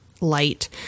light